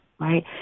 Right